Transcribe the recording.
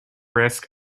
risk